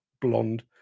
blonde